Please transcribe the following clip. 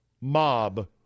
Mob